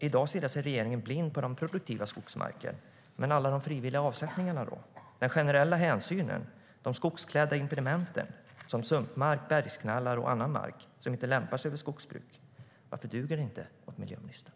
I dag stirrar sig regeringen blind på den produktiva skogsmarken, men alla de frivilliga avsättningarna då, den generella hänsynen, de skogsklädda impedimenten som sumpmark, bergknallar och annan mark som inte lämpar sig för skogsbruk? Varför duger inte det åt miljöministern?